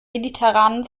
mediterranen